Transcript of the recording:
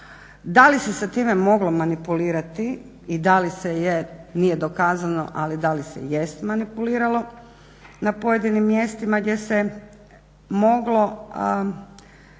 da il se sa time moglo manipulirati i da li se je nije dokazano, ali da se jeste manipuliralo na pojedinim mjestima gdje se moglo